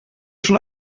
schon